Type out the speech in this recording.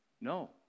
No